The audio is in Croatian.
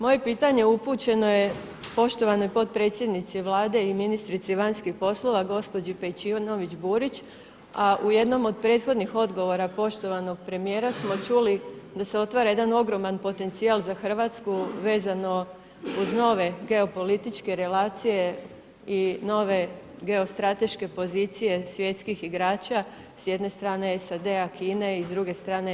Moje pitanje upućeno je poštovanoj potpredsjednici Vlade i ministrici vanjskih poslova, gospođi Pejčinović Burić, a u jednoj od prethodnih odgovora poštovanog premijera smo čuli da se otvara jedan ogroman potencijal za RH vezano uz nove geopolitičke relacije i nove geostrateške pozicije svjetskih igrača, s jedne strane SAD-a i Kine i s druge strane EU.